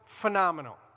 phenomenal